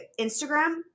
Instagram